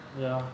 ya